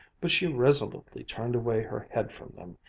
but she resolutely turned away her head from them,